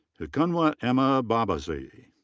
kikundwa emma mbabazi.